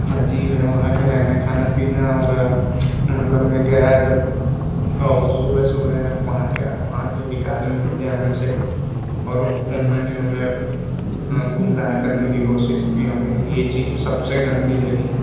अजीब है वहाँ का रहना खाना पीना और मतलब मैं गया जब और सुबह सुबह वहाँ के वहाँ के एक आदमी मिले मुझे और उन्होंने हमें गुमराह करने की कोशिश की हमें ये चीज सबसे गंदी लगी